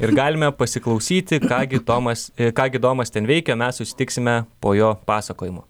ir galime pasiklausyti ką gi tomas ką gi domas ten veikia mes susitiksime po jo pasakojimo